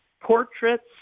portraits